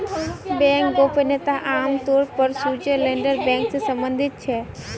bank गोपनीयता आम तौर पर स्विटज़रलैंडेर बैंक से सम्बंधित छे